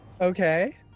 Okay